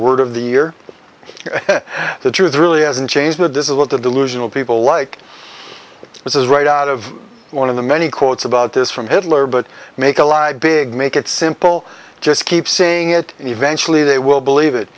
word of the year the truth really hasn't changed but this is what the delusional people like this is right out of one of the many quotes about this from headliner but make a lie big make it simple just keep saying it and eventually they will believe it